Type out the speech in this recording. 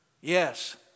Yes